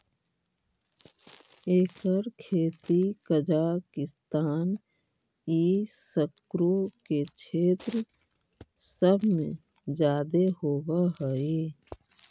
एकर खेती कजाकिस्तान ई सकरो के क्षेत्र सब में जादे होब हई